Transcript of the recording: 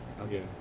Okay